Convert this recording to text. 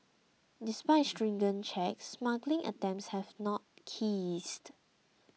despite stringent checks smuggling attempts have not cased